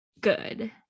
good